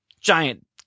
giant